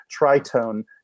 tritone